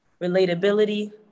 relatability